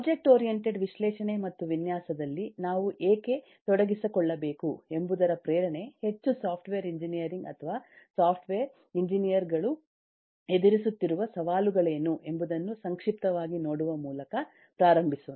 object oriented ವಿಶ್ಲೇಷಣೆ ಮತ್ತು ವಿನ್ಯಾಸದಲ್ಲಿ ನಾವು ಏಕೆ ತೊಡಗಿಸಿಕೊಳ್ಳಬೇಕು ಎಂಬುದರ ಪ್ರೇರಣೆ ಹೆಚ್ಚು ಸಾಫ್ಟ್ವೇರ್ ಎಂಜಿನಿಯರಿಂಗ್ ಅಥವಾ ಸಾಫ್ಟ್ವೇರ್ ಎಂಜಿನಿಯರ್ಗಳು ಎದುರಿಸುತ್ತಿರುವ ಸವಾಲುಗಳೇನು ಎಂಬುದನ್ನು ಸಂಕ್ಷಿಪ್ತವಾಗಿ ನೋಡುವ ಮೂಲಕ ಪ್ರಾರಂಭಿಸೋಣ